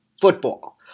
football